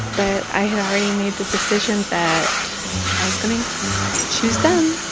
but i had already made the decision that i was going to choose them